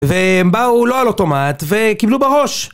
והם באו לא על אוטומט וקיבלו בראש